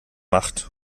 macht